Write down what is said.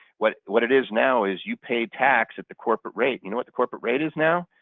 what what it is now is you pay tax at the corporate rate. you know what the corporate rate is now?